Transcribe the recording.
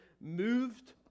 moved